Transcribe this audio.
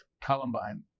Columbine